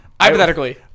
hypothetically